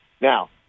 Now